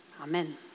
Amen